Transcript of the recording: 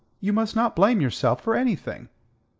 you must not blame yourself for anything.